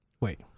Wait